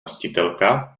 hostitelka